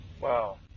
Wow